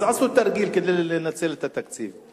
אז עשו תרגיל כדי לנצל את התקציב,